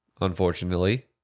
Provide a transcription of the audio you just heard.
unfortunately